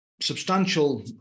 substantial